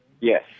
Yes